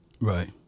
Right